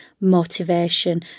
motivation